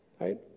right